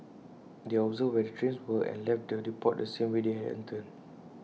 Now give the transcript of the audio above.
they observed where the trains were and left the depot the same way they had entered